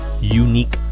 UNIQUE